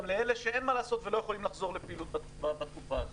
לאלה שלא יכולים לחזור לפעילות בתקופה הזו.